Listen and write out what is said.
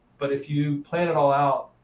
but if you plan it all out,